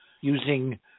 using